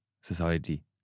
society